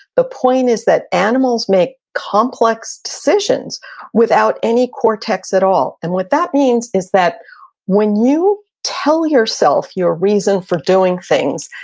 the point is that animals make complex decisions without any cortex at all. and what that means is that when you tell yourself your reason for doing things,